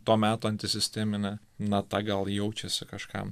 to meto antisistemine nata gal jaučiasi kažkam